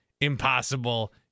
impossible